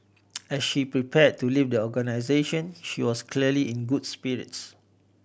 as she prepared to leave the organisation she was clearly in good spirits